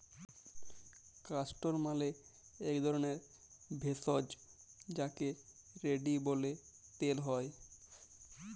castor মালে এক ধরলের ভেষজ যাকে রেড়ি ব্যলে তেল হ্যয়